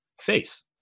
face